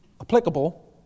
applicable